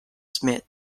smith